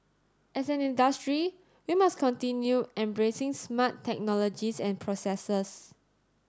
as an industry we must continue embracing smart technologies and processes